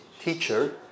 teacher